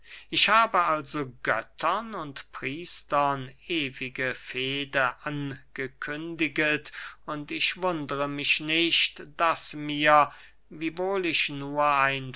ich habe also göttern und priestern ewige fehde angekündiget und ich wundere mich nicht daß mir wiewohl ich nur ein